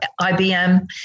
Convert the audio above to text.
IBM